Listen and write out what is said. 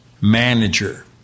manager